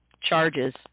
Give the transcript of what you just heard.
charges